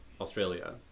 Australia